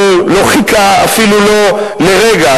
הוא לא חיכה, אפילו לא לרגע.